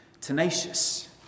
tenacious